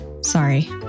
Sorry